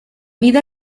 vida